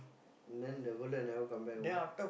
then the fellow never come back home